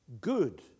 good